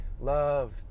Love